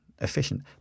efficient